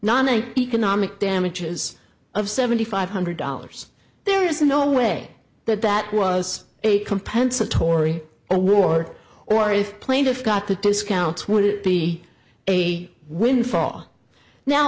nonny economic damages of seventy five hundred dollars there is no way that that was a compensatory award or if plaintiff got the discount would it be a windfall now